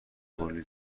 کلی